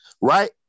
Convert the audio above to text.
right